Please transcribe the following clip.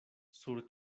sur